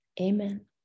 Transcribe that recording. amen